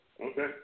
Okay